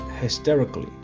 hysterically